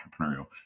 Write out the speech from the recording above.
entrepreneurial